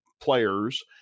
players